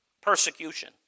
Persecution